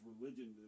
religion